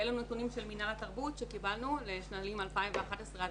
אלה נתונים של מינהל התרבות שקיבלנו לשנים 2011 עד